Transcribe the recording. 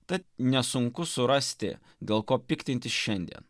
tad nesunku surasti dėl ko piktintis šiandien